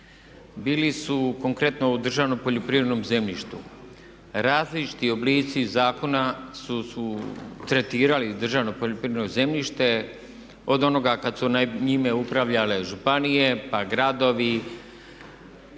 Bili su konkretno u državnom poljoprivrednom zemljištu različiti oblici zakona su tretirali državno poljoprivredno zemljište od onoga kad su njime upravljale županije, pa gradovi,